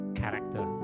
character